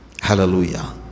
Hallelujah